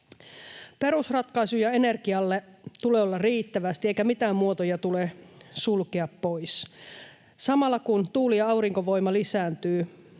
Perusratkaisuja energialle tulee olla riittävästi, eikä mitään muotoja tule sulkea pois. Samalla kun tuuli- ja aurinkovoima lisääntyvät,